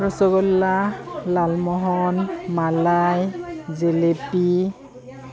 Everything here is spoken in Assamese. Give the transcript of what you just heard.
ৰসগোল্লা লালমোহন মালাই জেলেপি